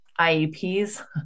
IEPs